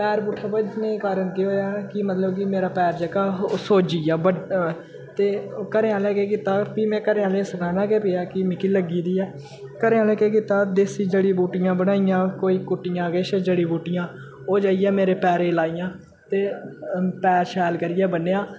पैर पुट्ठा भज्जने दे कारण केह् होएया कि मतलब कि मेरा पैर जेह्का हा ओह् सुज्जी गेआ बड्ड ते घरैआह्ले केह् कीता फ्ही में घरैआह्लें सनाना गै पेआ कि मिकी लग्गी दी ऐ घरैआह्लें केह् कीता देसी जड़ी बूटियां बनाइयां कोई कुट्टियां किश जड़ी बूटियां ओह् जाइयै मेरे पैरे लाइयां ते पैर शैल करियै बन्नेआ